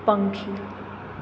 પંખી